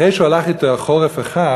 אחרי שהוא הלך אתם חורף אחד